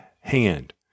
hand